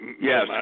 Yes